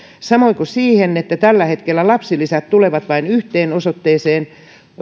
samoin kuin siihen että tällä hetkellä lapsilisät tulevat vain yhteen osoitteeseen